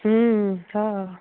हा